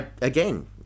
Again